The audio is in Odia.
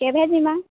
କେଭେ ଯିମା